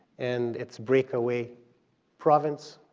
and its break away province,